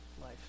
life